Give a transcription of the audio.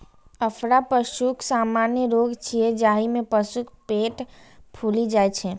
अफरा पशुक सामान्य रोग छियै, जाहि मे पशुक पेट फूलि जाइ छै